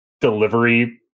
delivery